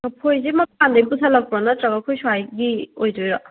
ꯀꯐꯣꯏꯁꯦ ꯃꯄꯥꯜꯗꯒꯤ ꯄꯨꯁꯜꯂꯛꯄ꯭ꯔꯣ ꯅꯠꯇꯔꯒ ꯑꯩꯈꯣꯏ ꯁ꯭ꯋꯥꯏꯒꯤ ꯑꯣꯏꯒꯗꯣꯏꯔꯣ